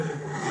כן.